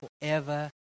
forever